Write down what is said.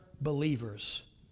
believers